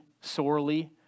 sorely